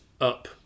up